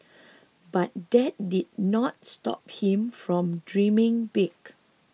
but that didn't stop him from dreaming big